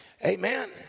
Amen